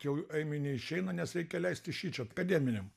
jau eimiui neišeina nes reikia leist jį šičia akademiniam